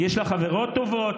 יש לה חברות טובות,